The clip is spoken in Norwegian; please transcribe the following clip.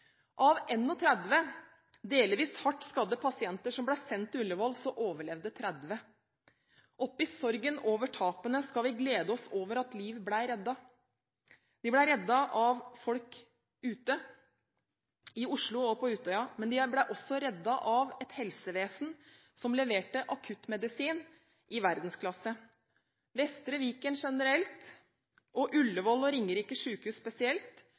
Av 31 delvis hardt skadde pasienter som ble sendt til Ullevål, overlevde 30. I sorgen over tapene skal vi glede oss over at liv ble reddet. De ble reddet av folk ute, i Oslo og på Utøya, men de ble også reddet av et helsevesen som leverte akuttmedisin i verdensklasse. Vestre Viken generelt og Ullevål og Ringerike sykehus spesielt